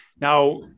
Now